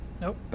Nope